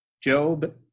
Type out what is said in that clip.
Job